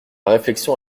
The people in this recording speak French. réflexion